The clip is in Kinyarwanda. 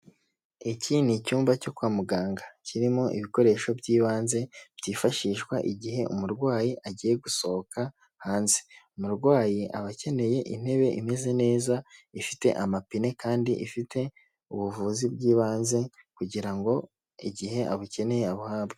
Iki ni icyumba cyo kwa muganga kirimo ibikoresho by'ibanze byifashishwa igihe umurwayi agiye gusohoka hanze, umurwayi aba akeneye intebe imeze neza ifite amapine kandi ifite ubuvuzi bw'ibanze kugira ngo igihe abukeneye abuhabwe.